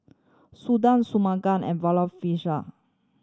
Sundar Shunmugam and Vavilala